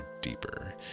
deeper